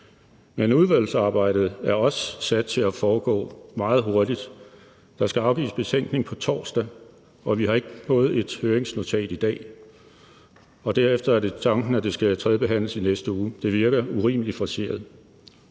Men udvalgsarbejdet er også sat til at foregå meget hurtigt. Der skal afgives betænkning på torsdag, og vi har ikke fået et høringsnotat i dag, og derefter er det tanken, at det skal tredjebehandles i næste uge. Det virker urimelig forceret.